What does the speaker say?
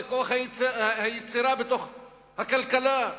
לכוח היצירה בתוך הכלכלה,